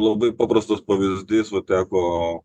labai paprastas pavyzdys vat teko